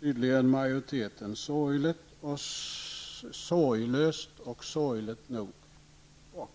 tydligen majoriteten sorglöst och sorgligt nog bort.